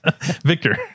Victor